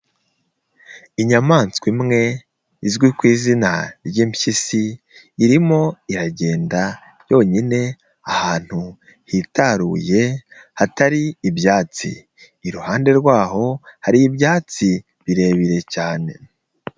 Inyamanswa imwe izwi ku izina ry'impyisi, irimo iragenda yonyine ahantu hitaruye, hatari ibyatsi. Iruhande rwaho hari ibyatsi birebire cyane.